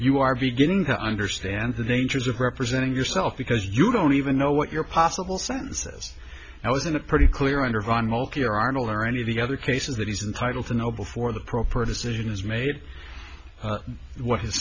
you are beginning to understand the dangers of representing yourself because you don't even know what your possible sentences i was in a pretty clear undergone mulcair arnel or any of the other cases that he's entitled to know before the proper decision is made what his